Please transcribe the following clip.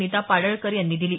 नीता पाडळकर यांनी दिली